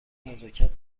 نزاکت